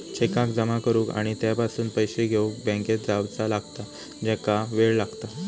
चेकाक जमा करुक आणि त्यापासून पैशे घेउक बँकेत जावचा लागता ज्याका वेळ लागता